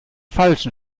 falschen